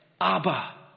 Abba